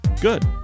Good